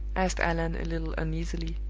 asked allan, a little uneasily.